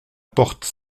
porte